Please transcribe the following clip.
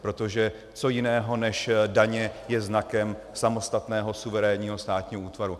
Protože co jiného než daně je znakem samostatného suverénního státního útvaru?